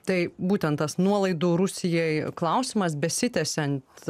tai būtent tas nuolaidų rusijai klausimas besitęsiant